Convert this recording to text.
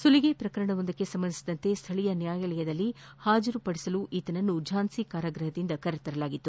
ಸುಲಿಗೆ ಪ್ರಕರಣವೊಂದಕ್ಕೆ ಸಂಬಂಧಿಸಿದಂತೆ ಸ್ಥಳೀಯ ನ್ಯಾಯಾಲಯದಲ್ಲಿ ಹಾಜರು ಪಡಿಸಲು ಆತನನ್ನು ಝಾನ್ವಿ ಕಾರಾಗ್ಬಹದಿಂದ ಕರೆತರಲಾಗಿತ್ತು